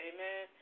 Amen